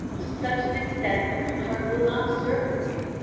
to such an extent that my heart will not stir from you,